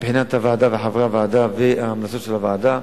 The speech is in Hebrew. מבחינת הוועדה וחברי הוועדה והמלצות הוועדה.